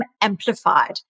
amplified